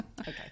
Okay